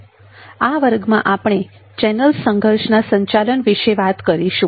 આ વર્ગમાં આપણે ચેનલ સંઘર્ષના સંચાલન વિશે વાત કરીશું